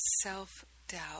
self-doubt